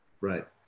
Right